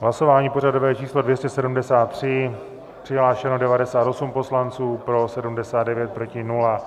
Hlasování pořadové číslo 273, přihlášeno 98 poslanců, pro 79, proti 0.